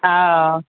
हा